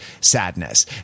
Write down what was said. sadness